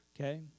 okay